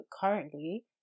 currently